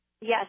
yes